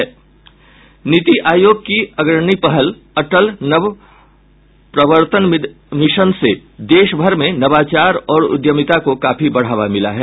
नीति आयोग की अग्रणी पहल अटल नवप्रवर्तन मिशन से देशभर में नवाचार और उद्यमिता को काफी बढ़ावा मिला है